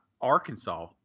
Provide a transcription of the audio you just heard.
Arkansas